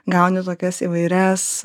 gauni tokias įvairias